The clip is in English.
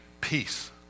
peace